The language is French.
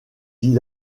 dis